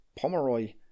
Pomeroy